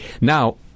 Now